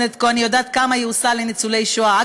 אני יודעת כמה היא עושה למען ניצולי שואה.